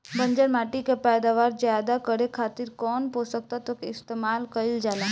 बंजर माटी के पैदावार ज्यादा करे खातिर कौन पोषक तत्व के इस्तेमाल कईल जाला?